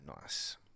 Nice